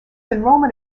enrollment